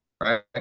right